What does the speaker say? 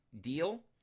deal